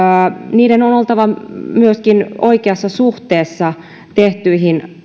niiden on oltava myöskin oikeassa suhteessa tehtyihin